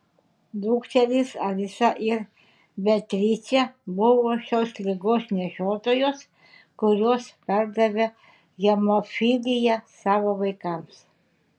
dukterys alisa ir beatričė buvo šios ligos nešiotojos kurios perdavė hemofiliją savo vaikams